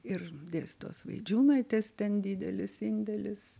ir dėstytojos vaidžiūnaitės ten didelis indėlis